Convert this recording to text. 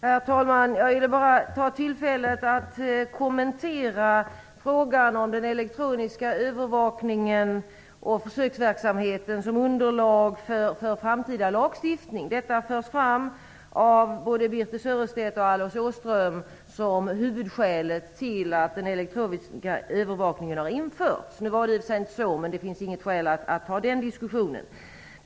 Herr talman! Jag vill bara ta tillfället att kommentera frågan om den elektroniska övervakningen och försöksverksamheten som underlag för framtida lagstiftning. Detta förs fram av både Birthe Sörestedt och Alice Åström som huvudskälet till att den elektroniska övervakningen har införts. Nu var det i och för sig inte så, men det finns inget skäl att ta den diskussionen.